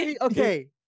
Okay